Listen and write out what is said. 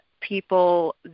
people